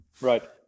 right